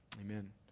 amen